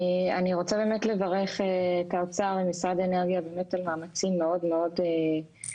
אני רוצה באמת לברך את האוצר ומשרד האנרגיה על מאמצים מאוד גדולים